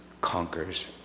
conquers